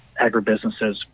agribusinesses